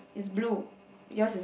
is blue yours is